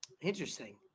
Interesting